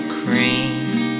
cream